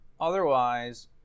Otherwise